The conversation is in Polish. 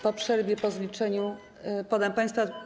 Po przerwie, po zliczeniu podam państwu.